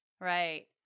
Right